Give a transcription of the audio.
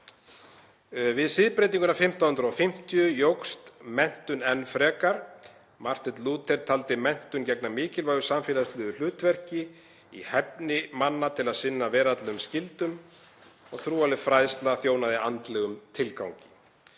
Við siðbreytinguna um 1550 jókst menntun enn frekar. Marteinn Lúther taldi menntun gegna mikilvægu samfélagslegu hlutverki í hæfni manna til að sinna veraldlegum skyldum. Trúarleg fræðsla þjónaði andlegum tilgangi.